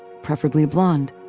preferably blonde,